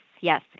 yes